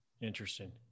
Interesting